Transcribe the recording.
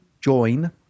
join